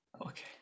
Okay